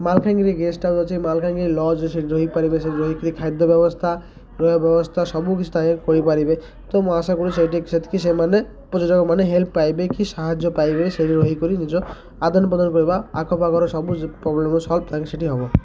Malkangiri guest house ଅଛି Malkangiri lodge ସେଠି ରହିପାରିବେ ସେଠି ରହିକିରି ଖାଦ୍ୟ ବ୍ୟବସ୍ଥା ରହିବା ବ୍ୟବସ୍ଥା ସବୁ କିଛି ତା କରିପାରେ ତ ମୁଁ ଆଶା କରୁଛି ସେଇଠି ସେତିକି ସେମାନେ ପର୍ଯ୍ୟଟକ ମାନେ ହେଲ୍ପ ପାଇବେ କି ସାହାଯ୍ୟ ପାଇବେ ସେଇଠି ରହିକରି ନିଜ ଆଦାନ ପ୍ରଦାନ କରିବା ଆଖପାଖର ସବୁ ପ୍ରୋବ୍ଲେମର ସଲ୍ଭ ସେଠି ହବ